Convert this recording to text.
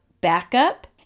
backup